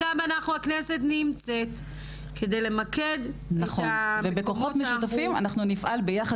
חס וחלילה, תצא חוות דעת שגוייה רק